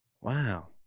Wow